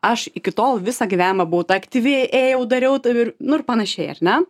aš iki tol visą gyvenimą buvau ta aktyvi ėjau dariau tai ir nu ir panašiai ar ne